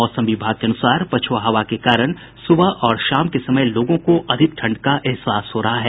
मौसम विभाग के अनुसार पछुआ हवा के कारण सुबह और शाम के समय लोगों को अधिक ठंड का एहसास हो रहा है